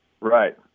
Right